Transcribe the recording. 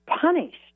punished